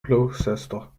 gloucester